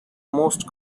most